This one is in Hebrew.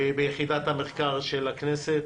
וביחידת המחקר של הכנסת.